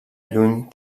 lluny